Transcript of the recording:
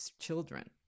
children